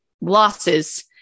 losses